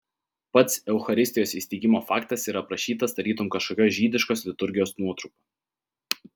pats eucharistijos įsteigimo faktas yra aprašytas tarytum kažkokios žydiškos liturgijos nuotrupa